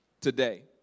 today